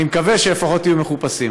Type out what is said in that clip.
אני מקווה שהם לפחות יהיו מחופשים.